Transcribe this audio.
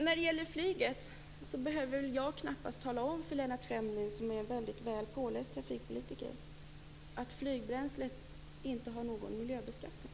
När det gäller flyget behöver jag knappast tala om för Lennart Fremling, som är en mycket väl påläst trafikpolitiker, att flygbränslet inte har någon miljöbeskattning.